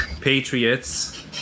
Patriots